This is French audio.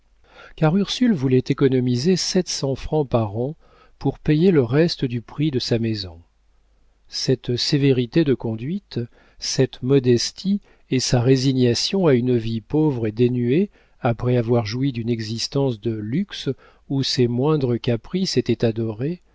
car ursule voulait économiser sept cents francs par an pour payer le reste du prix de sa maison cette sévérité de conduite cette modestie et sa résignation à une vie pauvre et dénuée après avoir joui d'une existence de luxe où ses moindres caprices étaient adorés